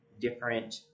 different